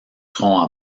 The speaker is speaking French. serons